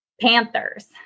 panthers